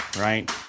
right